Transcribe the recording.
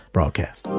Broadcast